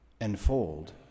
unfold